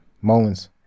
Moments